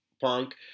Punk